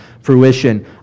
fruition